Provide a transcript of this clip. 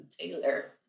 Taylor